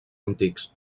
antics